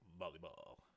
Volleyball